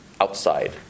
outside